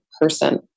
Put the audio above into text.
person